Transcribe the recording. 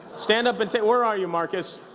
stand up and tak. where are you, marcus?